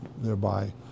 thereby